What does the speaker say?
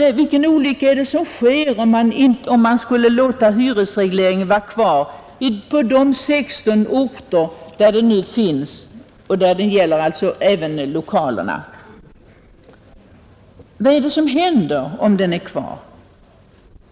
Vilken olycka är det som sker om man skulle låta hyresregleringen vara kvar på de 16 orter där den nu finns och alltså gälla även lokaler? Vad är det som händer om den är kvar?